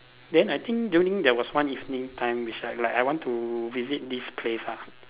then I think during there was one evening time which I like I want to visit this place ah